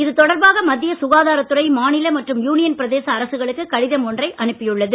இது தொடர்பாக மத்திய சுகாதாரத் துறை மாநில மற்றும் யூனியன் பிரதேச அரசுகளுக்கு கடிதம் ஒன்றை அனுப்பியுள்ளது